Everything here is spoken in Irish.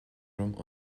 orm